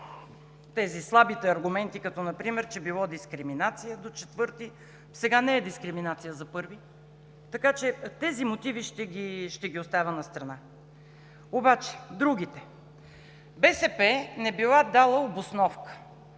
слабите аргументи, като например, че било дискриминация до IV клас. Сега не е дискриминация за I клас, така че тези мотиви ще ги оставя настрана. Другите – БСП не била дала обосновка.